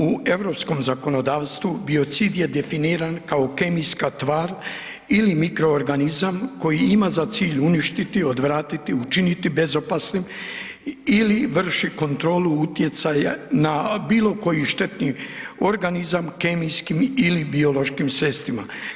U europskom zakonodavstvu bicid je definiran kao kemijska tvar ili mikroorganizam koji ima za cilj uništiti odvratiti, učiniti bezopasnim ili vrši kontrolu utjecaja na bilo koji štetni organizam kemijskim ili biološkim sredstvima.